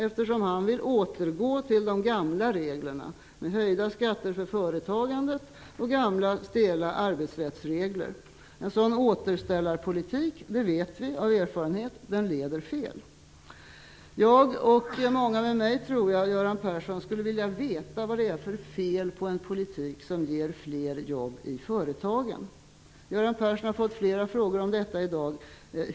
Han vill nämligen återgå till de gamla reglerna, med höjda skatter för företagandet och stela arbetsrättsregler. Vi vet av erfarenhet att en sådan återställarpolitik leder fel. Göran Persson! Jag och många med mig, tror jag, skulle vilja veta vad det är för fel på en politik som ger fler jobb i företagen. Göran Persson har fått flera frågor om detta i dag.